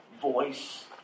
voice